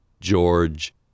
George